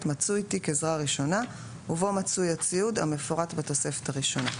מצוי תיק עזרה ראשונה ובו מצוי הציוד המפורט בתוספת הראשונה."